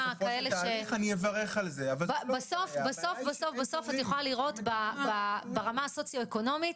אבל בסוף את יכולה לראות ברמה הסוציו אקונומית,